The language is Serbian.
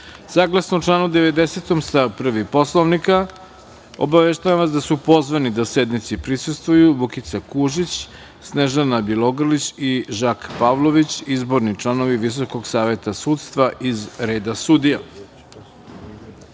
funkciju. Saglasno članu 90. stav 1. Poslovnika, obaveštavam vas da su pozvani da sednici prisustvuju Vukica Kužić, Snežana Bjelogrlić i Žak Pavlović, izborni članovi Visokog saveta sudstva iz reda sudija. Molim